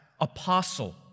apostle